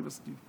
אני מסכים.